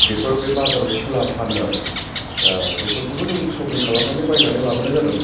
बेफोर बे बाजाराव खुला फानो आरो दा बेफोरखौबो जों सपिं खालामनानै बायनानै लाबोनाय जादों